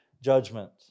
judgment